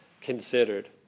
considered